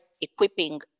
equipping